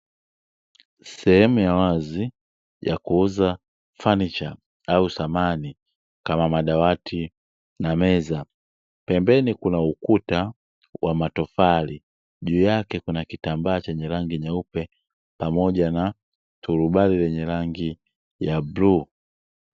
Sehemu ya wazi ya kuuza fanicha au samani kama madawati na meza, pembeni kuna ukuta wa matofali juu yake kuna kitambaa chenye rangi nyeupe, pamoja na turubai lenye rangi ya bluu.